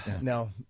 no